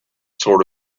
sort